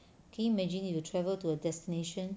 can you imagine you travel to a destination